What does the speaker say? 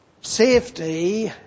safety